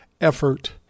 effort